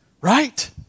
Right